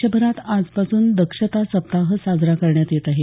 देशभरात आजपासून दक्षता सप्ताह साजरा करण्यात येत आहे